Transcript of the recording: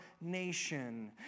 nation